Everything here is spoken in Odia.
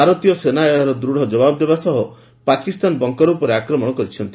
ଭାରତୀୟ ସେନା ଏହାର ଦୃଢ଼ ଜବାବ ଦେବା ସହ ପାକିସ୍ତାନ ବଙ୍କର ଉପରେ ଆକ୍ରମଣ କରିଛନ୍ତି